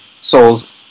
souls